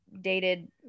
dated